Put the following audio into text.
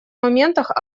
моментах